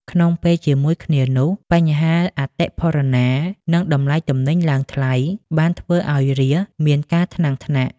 ក្នុងពេលជាមួយគ្នានោះ បញ្ហាអតិផរណា និងតម្លៃទំនិញឡើងថ្លៃបានធ្វើឱ្យរាស្ត្រមានការថ្នាំងថ្នាក់។